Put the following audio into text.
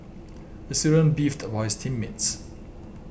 the student beefed about his team mates